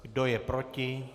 Kdo je proti?